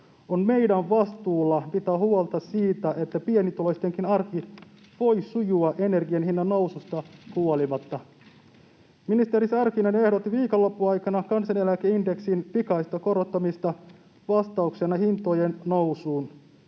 On meidän vastuullamme pitää huolta siitä, että pienituloistenkin arki voi sujua energian hinnan noususta huolimatta. Ministeri Sarkkinen ehdotti viikonlopun aikana kansaneläkeindeksin pikaista korottamista vastauksena hintojen nousuun.